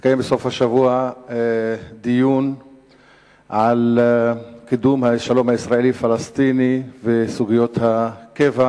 התקיים בסוף השבוע דיון על קידום השלום הישראלי-פלסטיני וסוגיות הקבע,